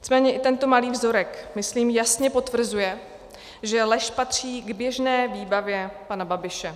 Nicméně i tento malý vzorek, myslím, jasně potvrzuje, že lež patří k běžné výbavě pana Babiše.